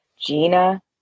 Gina